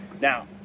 Now